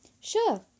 Sure